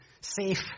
safe